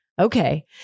okay